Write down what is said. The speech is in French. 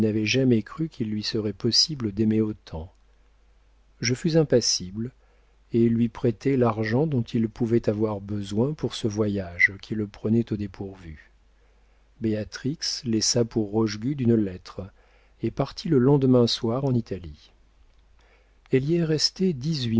jamais cru qu'il lui serait possible d'aimer autant je fus impassible et lui prêtai l'argent dont il pouvait avoir besoin pour ce voyage qui le prenait au dépourvu béatrix laissa pour rochegude une lettre et partit le lendemain soir en italie elle y est restée